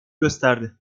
gösterdi